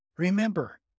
Remember